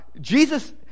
Jesus